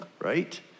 right